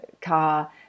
car